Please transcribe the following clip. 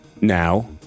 Now